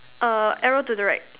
err arrow to the right